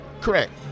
Correct